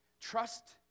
trust